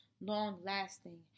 long-lasting